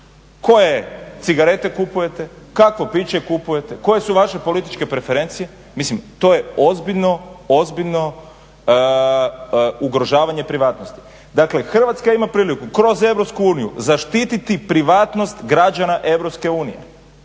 koje cigarete kupujete, kakvo piće kupujete, koje su vaše političke preference, mislim to je ozbiljno ugrožavanje privatnosti. Dakle Hrvatska ima priliku kroz EU zaštiti privatnost građana EU, Hrvatska je